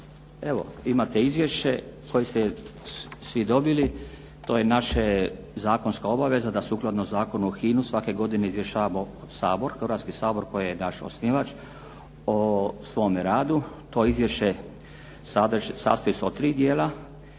Evo, imate izvješće koje ste svi dobili, to je naša zakonska obaveza da sukladno Zakonu o HINI svake godine izvještavamo Sabor, hrvatski Sabor koji je naš osnivač, o svome radu. To izvješće sastoji se od 3 dijela.